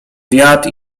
wiatr